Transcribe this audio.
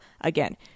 again